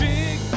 big